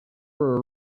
were